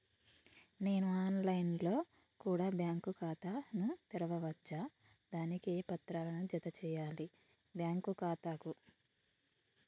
నేను online లో కూడా బ్యాంకు ఖాతా ను తెరవ వచ్చా? దానికి ఏ పత్రాలను జత చేయాలి బ్యాంకు ఖాతాకు?